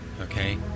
okay